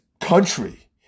country